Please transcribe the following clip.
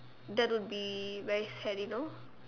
that will be very sad you know